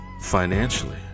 financially